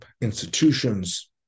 institution's